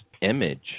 image